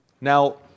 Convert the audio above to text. Now